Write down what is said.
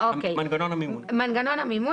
את מנגנון המימון,